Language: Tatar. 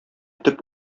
төп